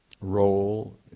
role